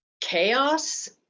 chaos